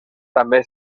també